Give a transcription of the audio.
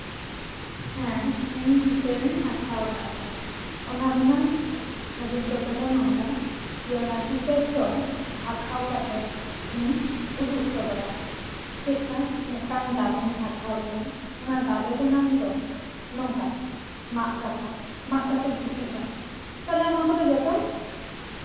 ᱦᱮᱸ ᱤᱧ ᱪᱤᱛᱟᱹᱨ ᱤᱧ ᱟᱸᱠᱟᱣ ᱠᱟᱜ ᱜᱮᱭᱟ ᱚᱱᱟ ᱨᱮᱱᱟᱝ ᱚᱵᱷᱤᱜᱽᱜᱚᱛᱟ ᱫᱚ ᱱᱚᱝᱠᱟ ᱡᱮ ᱪᱤᱛᱟᱹᱨ ᱫᱚ ᱟᱸᱠᱟᱣ ᱠᱟᱛᱮᱫ ᱤᱧ ᱩᱫᱩᱜ ᱥᱚᱫᱚᱨᱟ ᱪᱮᱫᱠᱟ ᱢᱤᱫᱴᱟᱝ ᱫᱟᱨᱮᱧ ᱟᱸᱠᱟᱣ ᱠᱮᱫᱟ ᱚᱱᱟ ᱫᱟᱨᱮ ᱨᱮᱱᱟᱝ ᱫᱚ ᱱᱚᱝᱠᱟ ᱢᱟᱜ ᱫᱟᱠᱚ ᱢᱟᱜ ᱠᱟᱛᱮᱫ ᱜᱤᱛᱤᱡ ᱫᱟᱠᱚ ᱛᱟᱦᱞᱮ ᱚᱱᱟ ᱠᱚᱫᱚ ᱡᱚᱛᱚ